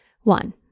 one